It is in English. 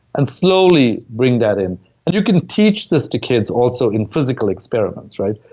and slowly bring that in and you can teach this to kids also in physical experiments, right.